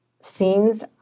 scenes